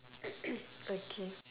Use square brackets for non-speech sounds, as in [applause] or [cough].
[coughs] okay